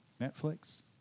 Netflix